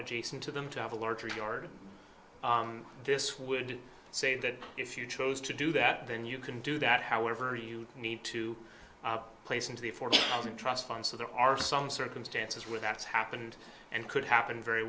adjacent to them to have a larger yard this would say that if you chose to do that then you can do that however you need to place into the forty thousand trust fund so there are some circumstances where that's happened and could happen very